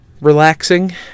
relaxing